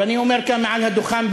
ואני אומר זאת כאן מעל הדוכן,